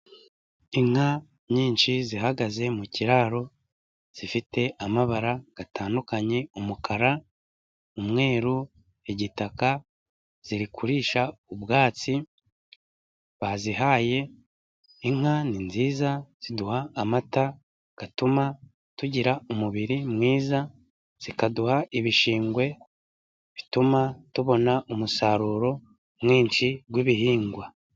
Inka nyinshi zihagaze mu kiraro, zifite amabara atandukanye umukara, umweru, igitaka, ziri kurisha ubwatsi bazihaye, inka ni nziza ziduha amata atuma tugira umubiri mwiza, zikaduha ibishingwe bituma tubona umusaruro mwinshi w'ibihingwa.